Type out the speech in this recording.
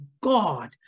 God